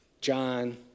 John